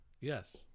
Yes